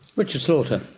richard slaughter?